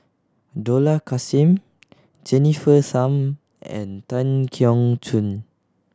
Dollah Kassim Jennifer Tham and Tan Keong Choon